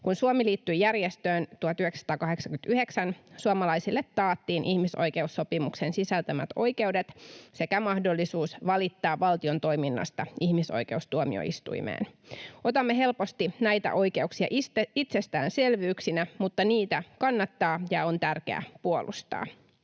Kun Suomi liittyi järjestöön 1989, suomalaisille taattiin ihmisoikeussopimuksen sisältämät oikeudet sekä mahdollisuus valittaa valtion toiminnasta ihmisoikeustuomioistuimeen. Otamme helposti näitä oikeuksia itsestäänselvyyksinä, mutta niitä kannattaa ja on tärkeää puolustaa.